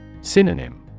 Synonym